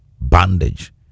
bondage